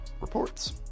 reports